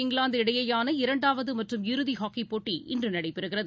England India இடையேயான இரண்டாவதுமற்றும் இறுதிஹாக்கிப் போட்டி இன்றுநடைபெறுகிறது